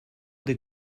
des